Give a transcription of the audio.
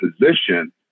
position